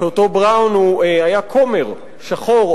שאותו בראון היה כומר שחור,